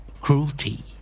Cruelty